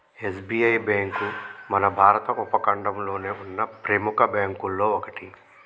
SBI bank మన భారత ఉపఖండంలోనే ఉన్న ప్రెముఖ బ్యేంకుల్లో ఒకటి